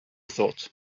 thought